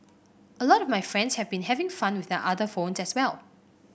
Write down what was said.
a lot of my friends have been having fun with their other phones as well